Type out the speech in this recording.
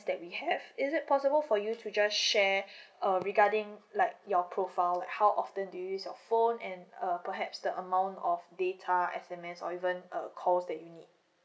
that we have is it possible for you to just share uh regarding like your profile like how often do you use your phone and err perhaps the amount of data S_M_S or even uh calls taking in